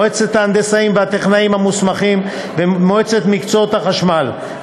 מועצת ההנדסאים והטכנאים המוסמכים ומועצת מקצועות החשמל,